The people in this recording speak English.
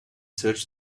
search